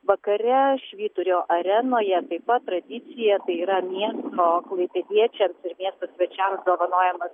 vakare švyturio arenoje taip pat tradicija tai yra miesto klaipėdiečiams ir miesto svečiams dovanojamas